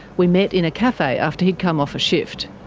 we met in a cafe after he'd come off a shift.